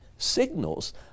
signals